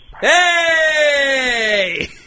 Hey